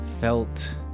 felt